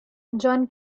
jan